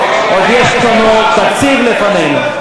עוד יש לנו תקציב לפנינו.